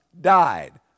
died